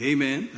Amen